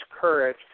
courage